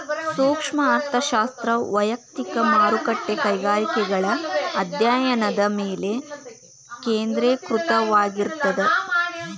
ಸೂಕ್ಷ್ಮ ಅರ್ಥಶಾಸ್ತ್ರ ವಯಕ್ತಿಕ ಮಾರುಕಟ್ಟೆ ಕೈಗಾರಿಕೆಗಳ ಅಧ್ಯಾಯನದ ಮೇಲೆ ಕೇಂದ್ರೇಕೃತವಾಗಿರ್ತದ